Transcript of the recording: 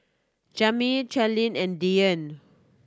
Jaimie Charleen and Dyan